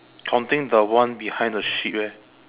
counting the one behind the sheep eh